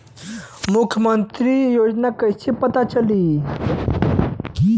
मुख्यमंत्री योजना कइसे पता चली?